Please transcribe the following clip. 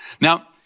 Now